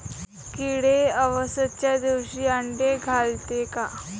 किडे अवसच्या दिवशी आंडे घालते का?